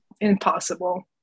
impossible